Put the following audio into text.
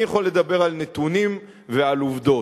אני יכול לדבר על נתונים ועל עובדות.